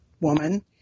woman